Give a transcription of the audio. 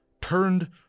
turned